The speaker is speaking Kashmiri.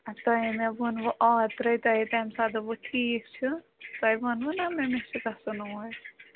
ادٕ تۄہے مےٚ ووٚنوٕ آ ترٛٲیوٗ تۄہہِ تَمہِ ساتہٕ دوٚپُہ ٹھیٖک چھُ تۄہہِ ووٚنوُ نہ مےٚ مےٚ چھُ گژھُن اور